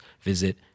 visit